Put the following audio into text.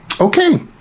okay